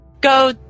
go